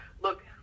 look